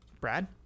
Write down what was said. Brad